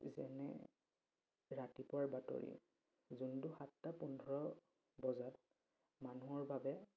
যেনে ৰাতিপুৱাৰ বাতৰি যোনটো সাতটা পোন্ধৰ বজাত মানুহৰ বাবে